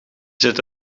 zit